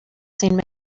seen